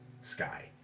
sky